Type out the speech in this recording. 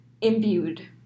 imbued